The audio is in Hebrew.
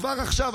כבר עכשיו,